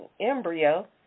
embryo